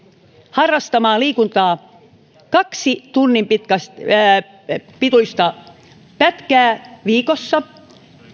harrastamaan liikuntaa kaksi tunnin pituista pätkää viikossa